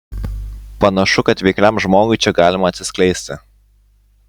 panašu kad veikliam žmogui čia galima atsiskleisti